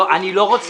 לא, אני לא רוצה.